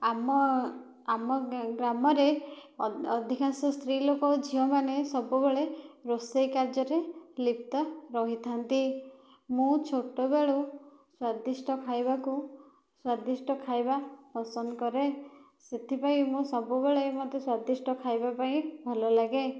ଆମ ଆମ ଗ୍ରାମରେ ଅଧିକାଂଶ ସ୍ତ୍ରୀ ଲୋକ ଓ ଝିଅ ମାନେ ସବୁବେଳେ ରୋଷେଇ କାର୍ଯ୍ୟରେ ଲିପ୍ତ ରହିଥାନ୍ତି ମୁଁ ଛୋଟ ବେଳୁ ସ୍ୱାଦିଷ୍ଟ ଖାଇବାକୁ ସ୍ୱାଦିଷ୍ଟ ଖାଇବା ପସନ୍ଦ କରେ ସେଥିପାଇଁ ମୁଁ ସବୁବେଳେ ମୋତେ ସ୍ୱାଦିଷ୍ଟ ଖାଇବା ପାଇଁ ଭଲ ଲାଗେ